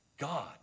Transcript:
God